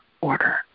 order